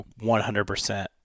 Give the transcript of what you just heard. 100%